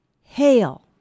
hail